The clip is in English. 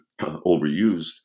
overused